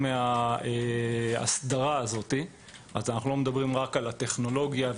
ההסדרה הזאת היא לא רק הטכנולוגיה,